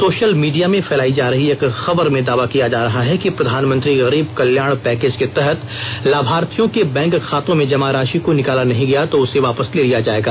social media में फैलाई जा रही एक खबर में दावा किया जा रहा है कि प्रधानमंत्री गरीब कल्याण पैकेज के तहत लाभार्थियों के बैंक खातों में जमा राशि को निकाला नहीं गया तो उसे वापस ले लिया जायेगा